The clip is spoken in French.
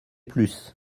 plus